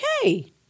okay